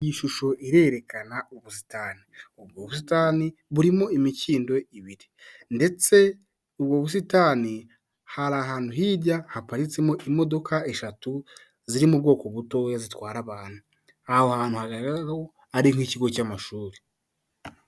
Iyi shusho irerekana ubusitani. Ubwo busitani burimo imikindo ibiri, ndetse ubwo busitani hari ahantu hirya haparitsemo imodoka eshatu, ziri mu bwoko butoya zitwara abantu. Aho hantu hakaba rero ari nk'ikigo cy'amashuri.